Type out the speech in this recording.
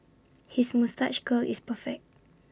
his moustache curl is perfect